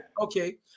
Okay